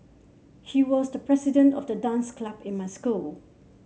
he was the president of the dance club in my school